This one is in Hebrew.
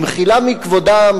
במחילה מכבודם,